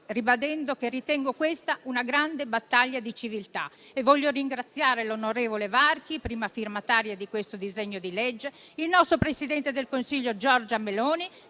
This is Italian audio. ribadendo che ritengo questa una grande battaglia di civiltà e desidero ringraziare l'onorevole Varchi, prima firmataria del disegno di legge in titolo, il nostro presidente del Consiglio Giorgia Meloni,